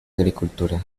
agricultura